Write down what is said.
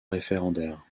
référendaire